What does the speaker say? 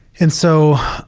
and so